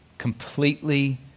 completely